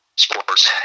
Sports